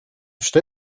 что